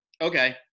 okay